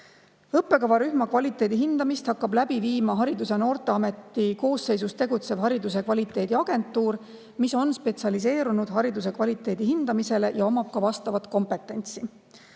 Õppekavarühma kvaliteedi hindamist hakkab läbi viima Haridus‑ ja Noorteameti koosseisus tegutsev hariduse kvaliteediagentuur, mis on spetsialiseerunud hariduse kvaliteedi hindamisele ja omab vastavat kompetentsi.